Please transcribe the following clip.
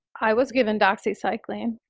i was given doxycycline.